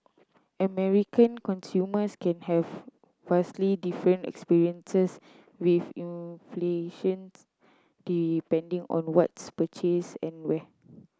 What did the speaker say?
American consumers can have vastly different experiences with inflation's depending on what's purchased and where